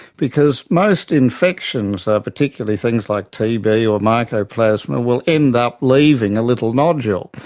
because most infections, particularly things like tb or mycoplasma, will end up leaving a little nodule.